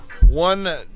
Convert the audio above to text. One